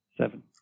Seven